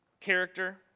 character